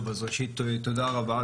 טוב, אז ראשית, תודה רבה.